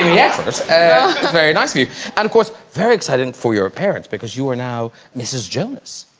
yes very nice of you. and of course very excited for your appearance because you are now mrs. jonas.